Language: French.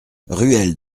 ruelle